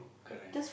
correct